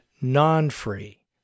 non-free